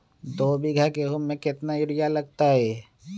दो बीघा गेंहू में केतना यूरिया लगतै?